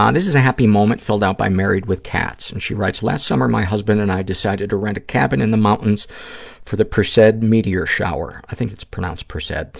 um this is a happy moment filled out by married with cats. she writes, last summer my husband and i decided to rent a cabin in the mountains for the perseid meteor shower, i think it's pronounced perseid.